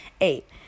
Eight